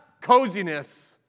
coziness